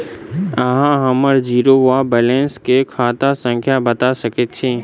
अहाँ हम्मर जीरो वा बैलेंस केँ खाता संख्या बता सकैत छी?